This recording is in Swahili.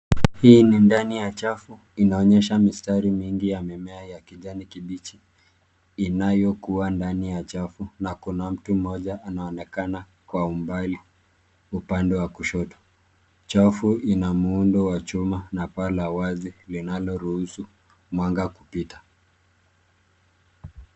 Hii ni ndani ya chafu, inaonyesha mistari mingi ya mimea ya kijani kibichi. Inayokua ndani ya chafu na kuna mtu mmoja anaonekana kwa umbali, upande wa kushoto. Chafu ina muundo wa chuma na paa la wazi linaloruhusu mwanga kupita.